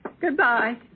Goodbye